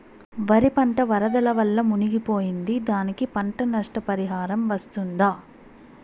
వరి పంట వరదల వల్ల మునిగి పోయింది, దానికి పంట నష్ట పరిహారం వస్తుందా?